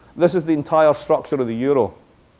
this is the entire structure of the euro.